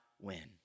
win